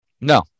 No